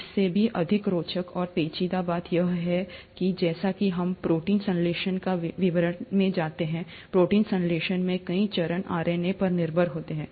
इससे भी अधिक रोचक और पेचीदा बात यह है कि जैसा कि हम प्रोटीन संश्लेषण के विवरण में जाते हैं प्रोटीन संश्लेषण में कई चरण आरएनए पर निर्भर होते हैं